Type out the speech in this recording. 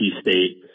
State